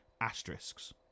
asterisks